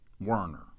Werner